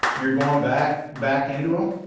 you're going back back into him,